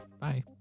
Bye